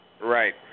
Right